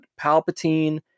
palpatine